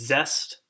Zest